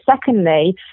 secondly